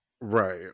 right